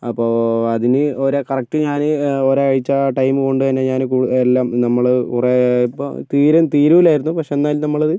അപ്പോൾ അതിനു ഓരോ കറക്റ്റ് ഞാന് ഒരാഴ്ച ടൈമുകൊണ്ടുതന്നെ ഞാന് എല്ലാം നമ്മള് കുറെ ഇപ്പോൾ തീരു തീരുകയില്ലായിരുന്നു പക്ഷെ എന്നാലും നമ്മളു